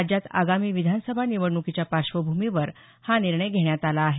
राज्यात आगामी विधानसभा निवडणुकीच्या पार्श्वभूमीवर हा निर्णय घेण्यात आला आहे